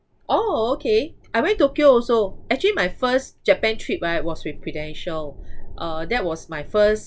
oh okay I went tokyo also actually my first Japan trip right was with prudential uh that was my first